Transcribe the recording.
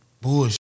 bullshit